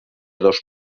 dos